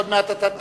עוד מעט אתה תדבר.